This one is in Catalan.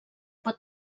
pot